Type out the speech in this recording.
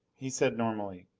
he said normally,